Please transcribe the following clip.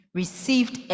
received